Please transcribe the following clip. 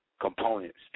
components